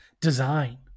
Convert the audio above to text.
design